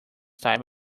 type